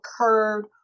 occurred